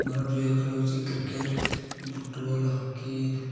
ମୋର ପ୍ରିୟ ଖେଳ ହେଉଛି କ୍ରିକେଟ୍ ଫୁଟବଲ୍ ହକି